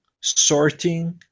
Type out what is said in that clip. sorting